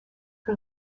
que